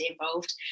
involved